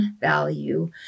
value